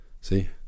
See